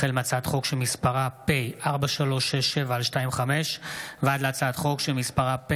החל בהצעת חוק פ/4367/25 וכלה בהצעת חוק פ/4387/25: